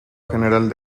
general